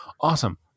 Awesome